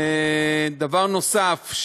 דבר נוסף,